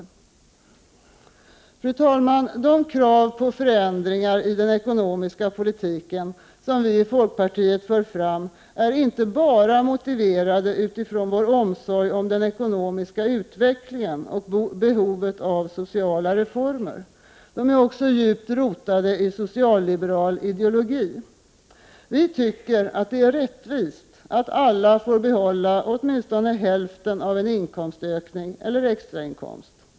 Fru talman! De krav på förändringar i den ekonomiska politiken som vi i folkpartiet för fram är inte bara motiverade av vår omsorg om den ekonomiska utvecklingen och behovet av sociala reformer. De är också djupt rotade i socialliberal ideologi. Vi tycker att det är rättvist att alla får behålla åtminstone hälften av en inkomstökning eller extrainkomst.